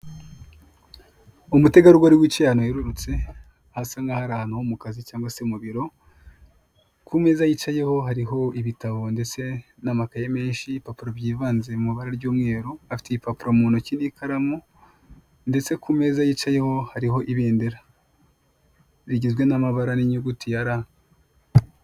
Umutegarugori wicaye ahantu hererutse hasa nk'aho ari ahantu ho mukazi cyangwa se mu biro kumeza yicayeho hariho ibitabo ndetse n'amakayi menshi ibipaburo byivanze mu mabara y'umweru, afite ibipapuro muntoki ndetse n'ikaramu ndetse kumeza yicayeho hariho ibendera rigizwe n'amabara n'inyuguti ya R